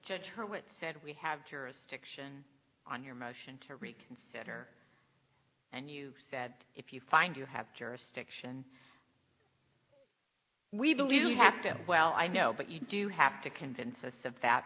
judge her with said we have jurisdiction on your motion to reconsider and you said if you find you have jurisdiction we believe you have to well i know but you do have to convince us of that